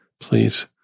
please